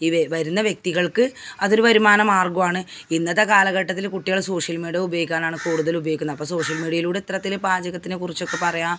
ഈ വരുന്ന വ്യക്തികൾക്ക് അതൊരു വരുമാന മാർഗ്ഗം ആണ് ഇന്നത്തെ കാലഘട്ടത്തിൽ കുട്ടികൾ സോഷ്യൽ മീഡിയ ഉപയോഗിക്കാനാണ് കൂടുതൽ ഉപയോഗിക്കുന്ന അപ്പോൾ സോഷ്യൽ മീഡിയയിലൂടെ ഇത്തരത്തിൽ പാചകത്തിനെ കുറിച്ചൊക്കെ പറയുക